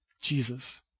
Jesus